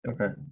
Okay